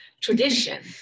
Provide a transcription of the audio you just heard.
tradition